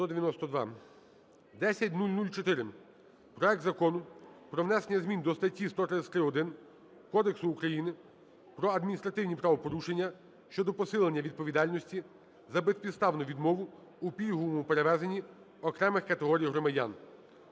10004: проект Закону про внесення змін до статті 133-1 Кодексу України про адміністративні правопорушення щодо посилення відповідальності за безпідставну відмову у пільговому перевезенні окремих категорій громадян.